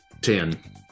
Ten